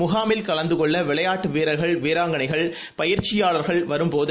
முகாமில் கலந்துகொள்ளவிளையாட்டுவீரர்கள் வீராங்களைகள் பயிற்சியாளர்கள் வரும்போது